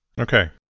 Okay